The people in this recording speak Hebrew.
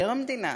מבקר המדינה,